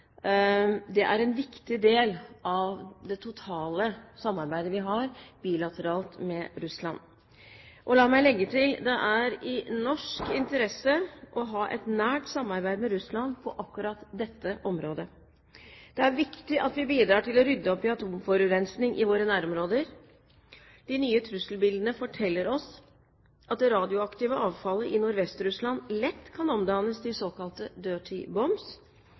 er en viktig del av det totale samarbeidet vi har bilateralt med Russland. Og la meg legge til: Det er i norsk interesse å ha et nært samarbeid med Russland på akkurat dette området. Det er viktig at vi bidrar til å rydde opp i atomforurensningen i våre nærområder. De nye trusselbildene forteller oss at det radioaktive avfallet i Nordvest-Russland lett kan omdannes til såkalte